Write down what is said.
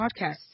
podcasts